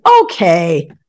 okay